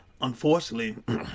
Unfortunately